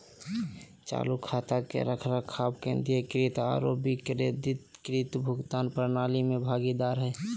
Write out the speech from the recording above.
चालू खाता के रखरखाव केंद्रीकृत आरो विकेंद्रीकृत भुगतान प्रणाली में भागीदार हइ